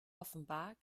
offenbar